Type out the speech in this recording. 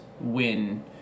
win